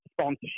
sponsorship